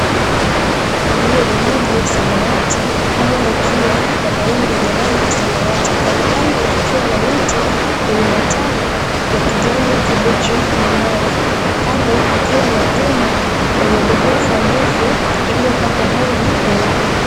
Yenye maji ya samawati anga ikiwa na mawingu yenye rangi ya samawati. Kandokando kukiwa na miti yenye matawi ya kijani kibichi na mawe. Kando mkiwa na nyumba yenye ghorofa ndefu iliyopakwa rangi nyeupe.